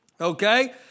Okay